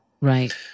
Right